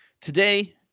Today